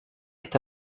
est